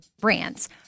brands